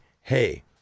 hey